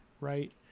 right